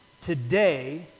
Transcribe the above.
today